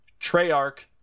Treyarch